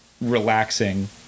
relaxing